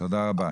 תודה רבה.